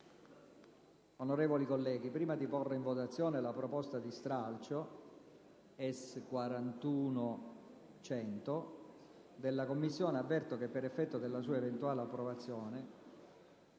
Onorevoli colleghi, prima di porre in votazione la proposta di stralcio S41.100, presentata dalla Commissione, avverto che per effetto della sua eventuale approvazione